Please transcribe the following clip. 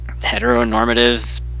heteronormative